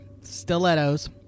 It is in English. Stilettos